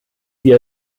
sie